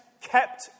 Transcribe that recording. kept